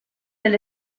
del